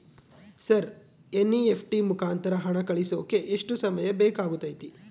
Sir NEFT ಮುಖಾಂತರ ಹಣ ಕಳಿಸೋಕೆ ಎಷ್ಟು ಸಮಯ ಬೇಕಾಗುತೈತಿ?